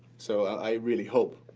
so i really hope,